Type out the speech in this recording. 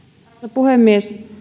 puhemies